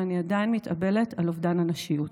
ואני עדיין מתאבלת על אובדן הנשיות.